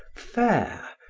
fair,